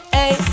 Hey